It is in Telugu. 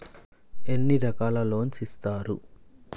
ఎన్ని రకాల లోన్స్ ఇస్తరు?